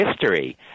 History